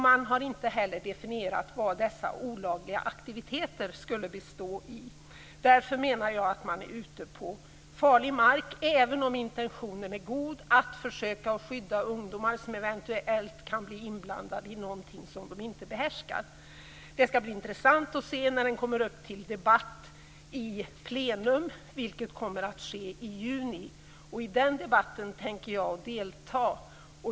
Man har inte heller definierat vad dessa olagliga aktiviteter skulle bestå i. Därför menar jag att man är ute på farlig mark även om intentionen är god, att försöka skydda ungdomar som eventuellt kan bli inblandade i någonting som de inte behärskar. Det skall bli intressant att se när den kommer upp till debatt i plenum, vilket kommer att ske i juni. I den debatten tänker jag delta.